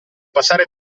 passare